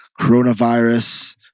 coronavirus